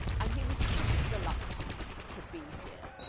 and he was pretty reluctant to be here.